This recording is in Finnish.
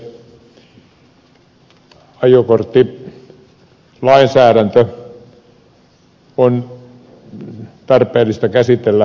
ajokorttilainsäädäntö on tarpeellista käsitellä